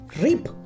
reap